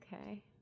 Okay